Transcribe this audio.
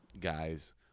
guys